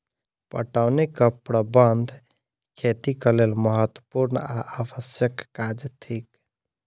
पटौनीक प्रबंध खेतीक लेल महत्त्वपूर्ण आ आवश्यक काज थिक